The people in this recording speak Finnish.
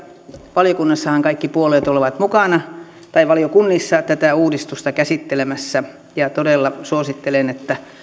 valiokunnissahan kaikki puolueet ovat mukana tätä uudistusta käsittelemässä todella suosittelen että